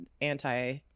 anti